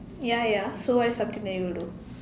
ya ya so what is something that you will do